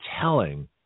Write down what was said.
telling